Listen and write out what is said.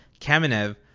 Kamenev